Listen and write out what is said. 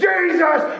Jesus